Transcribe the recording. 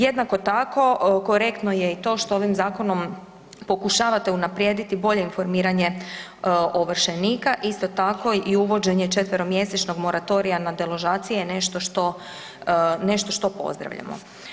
Jednako tako, korektno je i to što ovim zakonom pokušavate unaprijediti bolje informiranje ovršenika, isto tako i uvođenje 4-mjesečnog moratorija na deložacije je nešto što, pozdravljamo.